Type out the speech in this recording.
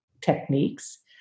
techniques